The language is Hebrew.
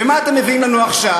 ומה אתם מביאים לנו עכשיו?